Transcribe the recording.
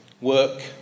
Work